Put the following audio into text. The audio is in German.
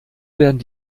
werden